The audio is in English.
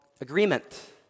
agreement